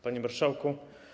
Panie Marszałku!